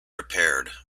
repaired